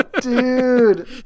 dude